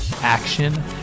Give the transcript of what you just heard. Action